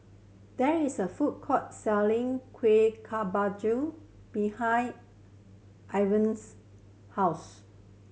there is a food court selling Kueh Kemboja behind Iven's house